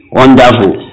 wonderful